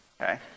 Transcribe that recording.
Okay